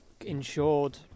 insured